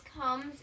comes